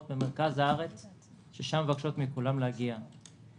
במרכז הארץ והן מבקשות מכולם להגיע לשם.